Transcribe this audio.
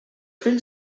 fills